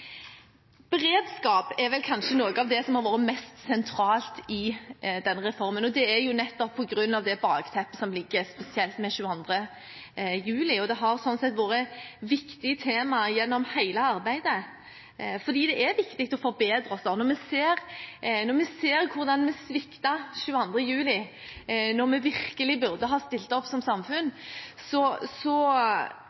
Beredskap er vel kanskje noe av det som har vært mest sentralt i denne reformen, og det er jo nettopp på grunn av det bakteppet som har spesielt med 22. juli å gjøre. Det har sånn sett vært et viktig tema gjennom hele arbeidet. For det er viktig at vi forbedrer oss. Når vi ser hvordan det sviktet 22. juli, da vi virkelig burde ha stilt opp som samfunn,